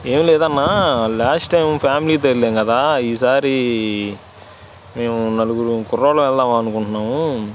ఏం లేదన్నా last time ఫ్యామిలీతో వెళ్ళం కదా ఈసారి మేము నలుగురం కుర్రోళం వెళ్దామనుకుంటున్నాము